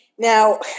Now